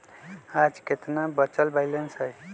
आज केतना बचल बैलेंस हई?